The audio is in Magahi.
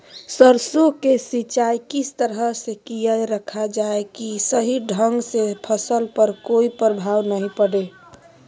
सरसों के सिंचाई किस तरह से किया रखा जाए कि सही ढंग से फसल पर कोई प्रभाव नहीं पड़े?